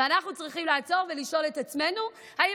ואנחנו צריכים לעצור ולשאול את עצמנו: האם